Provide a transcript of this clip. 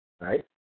Right